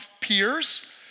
peers